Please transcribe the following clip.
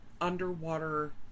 underwater